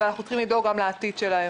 אבל אנחנו צריכים לדאוג גם לעתיד שלהם.